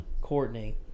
Courtney